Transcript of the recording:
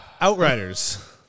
Outriders